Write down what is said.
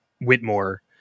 Whitmore